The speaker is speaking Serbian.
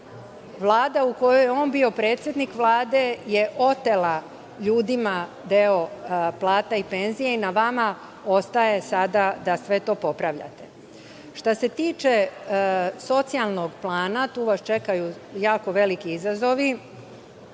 Vlada u kojoj je on bio predsednik Vlade je otela ljudima deo plata i penzija i na vama ostaje sada da sve to popravljate. Što se tiče socijalnog plana, tu vas čekaju jako veliki izazovi.